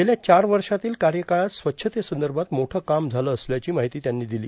गेल्या चार वर्षांतील कार्यकाळात स्वच्छतेसंदर्भात मोठं काम झालं असल्याची माहिती त्यांनी दिली